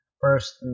first